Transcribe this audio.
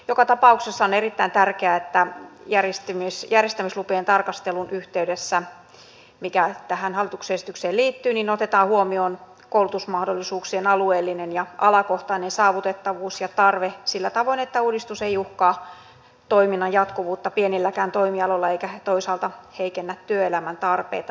joka tapauksessa on erittäin tärkeää että järjestämislukujen tarkastelun yhteydessä mikä tähän hallituksen esitykseen liittyy otetaan huomioon koulutusmahdollisuuksien alueellinen ja alakohtainen saavutettavuus ja tarve sillä tavoin että uudistus ei uhkaa toiminnan jatkuvuutta pienilläkään toimialoilla eikä toisaalta heikennä työelämän tarpeita